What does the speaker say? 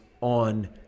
on